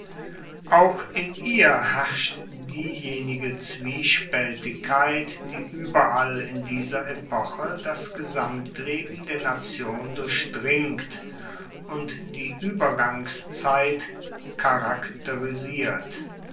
auch in ihr herrscht diejenige zwiespaeltigkeit die ueberall in dieser epoche das gesamtleben der nation durchdringt und die uebergangszeit charakterisiert